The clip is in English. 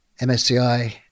MSCI